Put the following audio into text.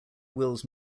wills